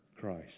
Christ